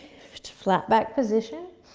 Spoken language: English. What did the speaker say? flat back position.